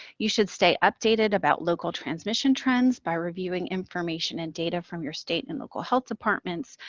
you should stay updated about local transmission trends by reviewing information and data from your state and local health departments,